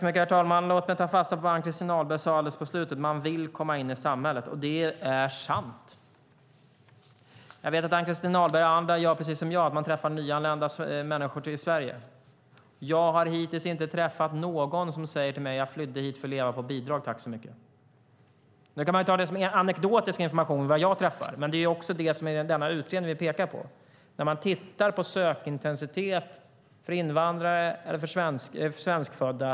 Herr talman! Låt mig ta fasta på vad Ann-Christin Ahlberg sade på slutet av sitt anförande om att man vill komma in i samhället. Det är sant. Jag vet att Ann-Christin Ahlberg och andra gör precis som jag och träffar människor som är nyanlända i Sverige. Jag har hittills inte träffat någon som säger till mig: Jag flydde hit för att leva på bidrag. Tack så mycket. Nu kan man ta det som anekdotisk information vilka jag träffar. Men den utredning som vi har pekat på har tittat på sökintensitet för invandrare och för svenskfödda.